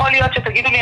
יכול להיות שתגידי לי,